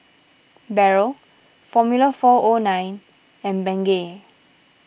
Barrel formula four O nine and Bengay